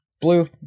Blue